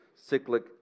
cyclic